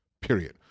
Period